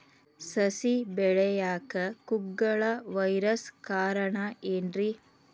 ಸಸಿ ಬೆಳೆಯಾಕ ಕುಗ್ಗಳ ವೈರಸ್ ಕಾರಣ ಏನ್ರಿ?